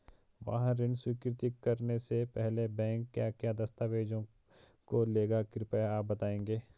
वाहन ऋण स्वीकृति करने से पहले बैंक क्या क्या दस्तावेज़ों को लेगा कृपया आप बताएँगे?